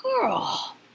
Girl